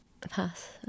Pass